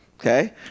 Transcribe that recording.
okay